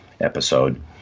episode